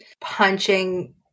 punching